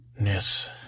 yes